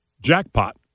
jackpot